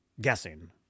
guessing